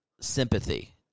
sympathy